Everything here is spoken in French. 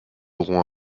auront